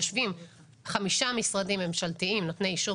יושבים חמישה משרדים ממשלתיים נותני אישור